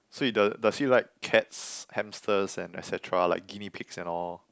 so he does does she like cats hamsters and et cetera like guinea pigs and all